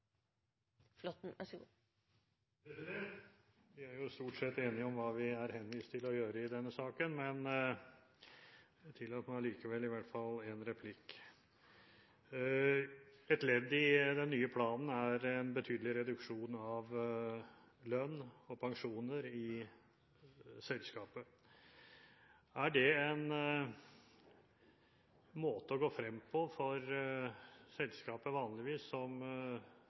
henvist til å gjøre i denne saken, men jeg tillater meg likevel i hvert fall en replikk. Et ledd i den nye planen er betydelig reduksjon av lønn og pensjoner i selskapet. Er det en måte å gå frem på for selskaper som den norske næringsministeren vanligvis